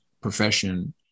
profession